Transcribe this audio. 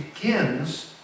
begins